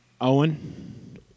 Owen